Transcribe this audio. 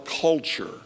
culture